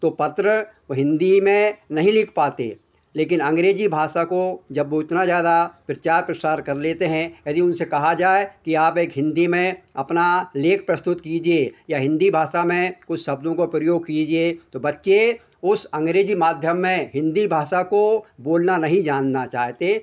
तो पत्र वे हिन्दी में नहीं लिख पाते लेकिन अंग्रेज़ी भाषा को जब वे इतना ज़्यादा प्रचार प्रसार कर लेते हैं यदि उनसे कहा जाए कि आप एक हिन्दी में अपना लेख प्रस्तुत कीजिए या हिन्दी भाषा में कुछ शब्दों का प्रयोग कीजिए तो बच्चे उस अंग्रेज़ी माध्यम में हिन्दी भाषा को बोलना नहीं जानना चाहते